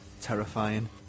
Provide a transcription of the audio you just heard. terrifying